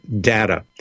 data